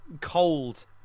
cold